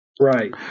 Right